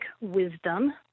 wisdom